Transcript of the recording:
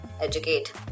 Educate